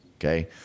Okay